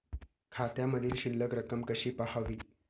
खात्यामधील शिल्लक रक्कम कशी पहावी?